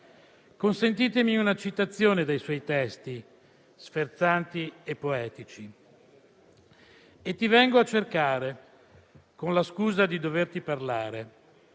Consentitemi una citazione dai suoi testi sferzanti e poetici: «E ti vengo a cercare Con la scusa di doverti parlare